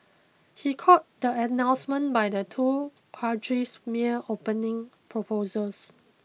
he called the announcements by the two countries mere opening proposals